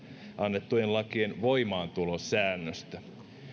annettujen lakien voimaantulosäännöstä